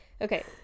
okay